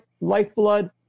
lifeblood